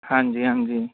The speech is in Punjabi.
ਹਾਂਜੀ ਹਾਂਜੀ